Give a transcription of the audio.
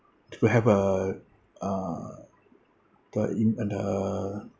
to have uh uh to ha~ in~ uh the